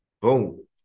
Boom